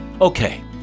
Okay